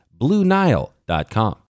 BlueNile.com